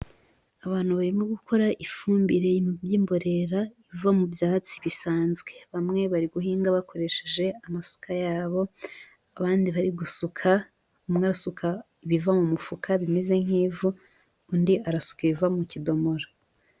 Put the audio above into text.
Abantu barimo gukora ifumbire y'imborera iva mu byatsi bisanzwe, bamwe bari guhinga bakoresheje amasuka yabo, abandi bari gusuka, umwe arasuka ibiva mu mufuka bimeze nk'ivu, undi arasuka ibiva mu kidomoro.